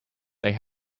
they